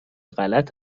غلط